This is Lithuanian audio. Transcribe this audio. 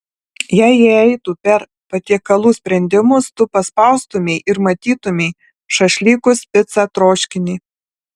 jei jie eitų per patiekalų sprendimus tu paspaustumei ir matytumei šašlykus picą troškinį